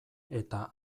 eta